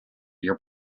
your